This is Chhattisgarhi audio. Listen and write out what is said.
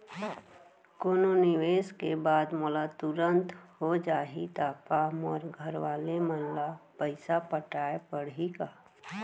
कोनो निवेश के बाद मोला तुरंत हो जाही ता का मोर घरवाले मन ला पइसा पटाय पड़ही का?